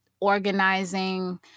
organizing